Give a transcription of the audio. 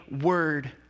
word